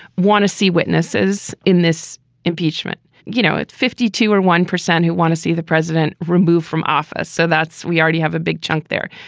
want to see witnesses in this impeachment. you know, at fifty two or one percent who want to see the president removed from office. so that's we already have a big chunk there.